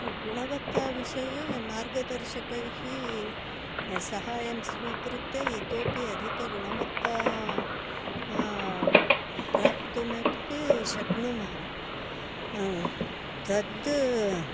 गुणवत्ताविषये मार्गदर्शकैः सहाय्यं स्वीकृत्य इतोपि अधिकगुणवत्ता प्राप्तुमपि शक्नुमः तद्